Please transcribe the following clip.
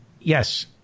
yes